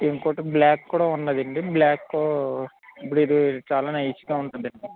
ఇంకొకటి బ్లాక్ కూడా ఉంది అండి బ్లాక్ ఇప్పుడు ఇది చాల నైస్గా ఉంటుందండి